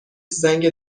زنگ